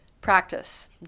Practice